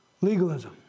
Legalism